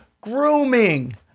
grooming